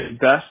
best